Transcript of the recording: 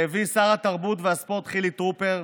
שהביא שר התרבות והספורט חילי טרופר,